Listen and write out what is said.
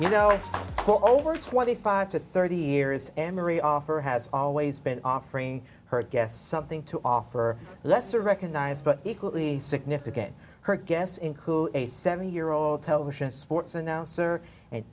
you know for over twenty five to thirty years emery offer has always been offering her guests something to offer lesser recognized but equally significant her guests include a seventy year old television sports announcer an